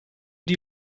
die